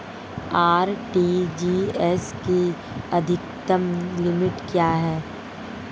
RTGS की अधिकतम limit क्या है?